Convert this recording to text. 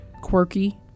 quirky